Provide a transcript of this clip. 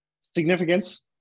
significance